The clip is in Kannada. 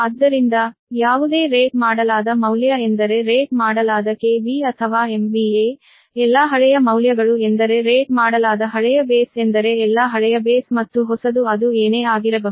ಆದ್ದರಿಂದ ಯಾವುದೇ ರೇಟ್ ಮಾಡಲಾದ ಮೌಲ್ಯ ಎಂದರೆ ರೇಟ್ ಮಾಡಲಾದ KV ಅಥವಾ MVA ಎಲ್ಲಾ ಹಳೆಯ ಮೌಲ್ಯಗಳು ಎಂದರೆ ರೇಟ್ ಮಾಡಲಾದ ಹಳೆಯ ಬೇಸ್ ಎಂದರೆ ಎಲ್ಲಾ ಹಳೆಯ ಬೇಸ್ ಮತ್ತು ಹೊಸದು ಅದು ಏನೇ ಆಗಿರಬಹುದು